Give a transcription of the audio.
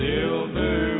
Silver